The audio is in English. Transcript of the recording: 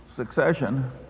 succession